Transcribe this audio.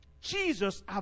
Jesus